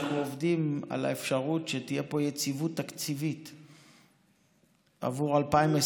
אנחנו עובדים על האפשרות שתהיה פה יציבות תקציבית עבור 2020